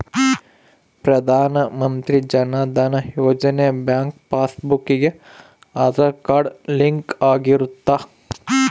ಪ್ರಧಾನ Mantri Jan Dhan Yojana bank passbook ಗೆ Aadhaar card link ಆಗಿರುತ್ತ